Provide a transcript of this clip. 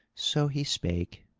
so he spake,